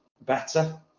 better